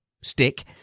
stick